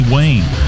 Wayne